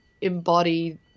embody